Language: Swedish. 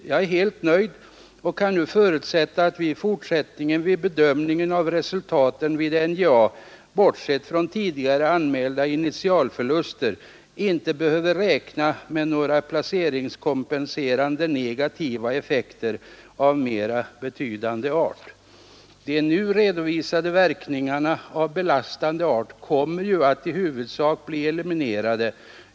Jag är helt nöjd och kan nu förutsätta att vi i fortsättningen vid bedömning av resultaten vid NJA bortsett från tidigare anmälda I fortsättningen anför utskottet att motio initialförluster — inte behöver räkna med några placeringskompenserande negativa effekter av mer betydande art. De nu redovisade verkningarna av belastande slag kommer ju att i huvudsak bli eliminerade.